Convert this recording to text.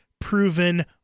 proven